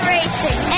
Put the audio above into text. Racing